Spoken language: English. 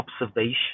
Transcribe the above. observation